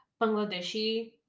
Bangladeshi